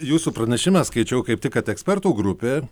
jūsų pranešime skaičiau kaip tik kad ekspertų grupė